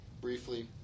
briefly